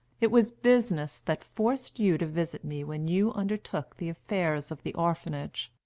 it was business that forced you to visit me when you undertook the affairs of the orphanage.